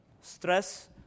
Stress